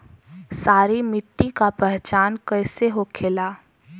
सारी मिट्टी का पहचान कैसे होखेला?